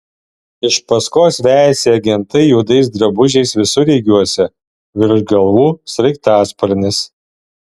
iš paskos vejasi agentai juodais drabužiais visureigiuose virš galvų sraigtasparnis